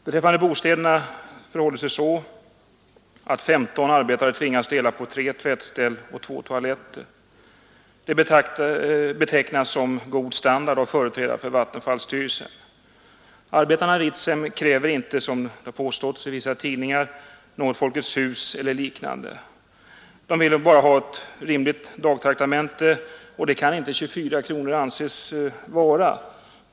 Beträffande bostäderna förhåller det sig så att 15 arbetare tvingas dela på tre tvättställ och två toaletter. Det betecknas som god standard av företrädare för vattenfallsstyrelsen. Arbetarna i Ritsem kräver inte, såsom det påståtts i vissa tidningar, något Folkets hus eller liknande. De vill bara ha ett rimligt dagtraktamente, och det kan 24 kronor inte anses vara.